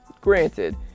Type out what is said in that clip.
granted